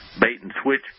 bait-and-switch